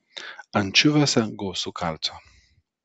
ančiuviuose gausu kalcio